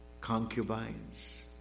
concubines